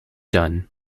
done